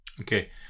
Okay